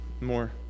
more